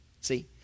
See